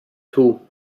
two